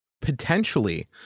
Potentially